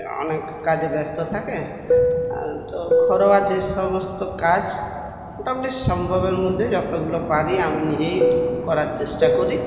অনেক কাজে ব্যস্ত থাকে তো ঘরোয়া যে সমস্ত কাজ মোটামুটি সম্ভবের মধ্যে যতগুলো পারি আমি নিজেই করার চেষ্টা করি